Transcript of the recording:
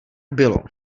bylo